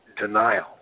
denial